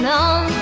on